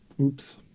Oops